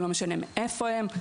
זה לא משנה מאיפה הם,